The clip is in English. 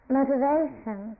motivation